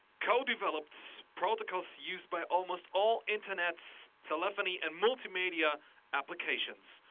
co-developed so protocols used by almost all internets, telephony, and multimedia applications.